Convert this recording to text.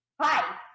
Hi